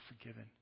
forgiven